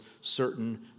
certain